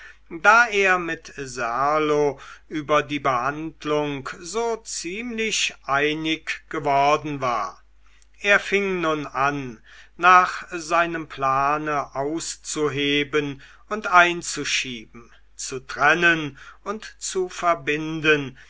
da er mit serlo über die behandlung so ziemlich einig geworden war er fing nun an nach seinem plane auszuheben und einzuschieben zu trennen und zu verbinden